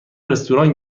رستوران